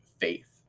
faith